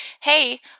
hey